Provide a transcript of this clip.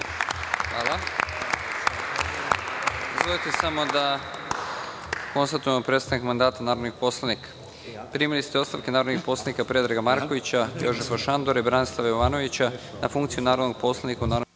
Dozvolite samo da konstatujem prestanak mandata narodnih poslanika. Primili ste ostavke narodnih poslanika Predraga Markovića, Jožefa Šandora i Branislava Jovanovića na funkciju narodnog poslanika u Narodnoj skupštini